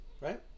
right